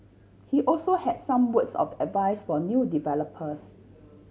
he also had some words of advice for new developers